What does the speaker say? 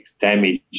damage